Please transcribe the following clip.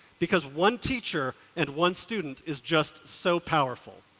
because one teacher and one student is just so powerful.